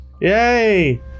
Yay